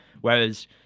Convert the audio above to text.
Whereas